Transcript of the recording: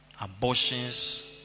abortions